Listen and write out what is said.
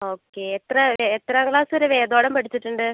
okay എത്ര എത്രാം class വരെ വേദപാഠം പഠിച്ചിട്ടുണ്ട്